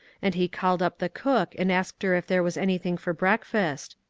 and he called up the cook, and asked her if there was anything for breakfast.